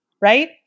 Right